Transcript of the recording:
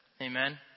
Amen